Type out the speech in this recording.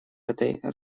этой